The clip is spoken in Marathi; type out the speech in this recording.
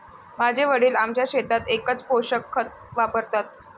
माझे वडील आमच्या शेतात एकच पोषक खत वापरतात